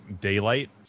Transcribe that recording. daylight